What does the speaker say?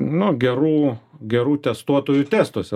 nu gerų gerų testuotojų testuose